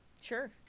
Sure